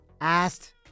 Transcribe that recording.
asked